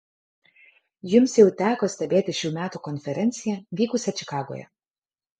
jums jau teko stebėti šių metų konferenciją vykusią čikagoje